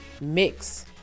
mix